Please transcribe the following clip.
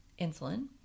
insulin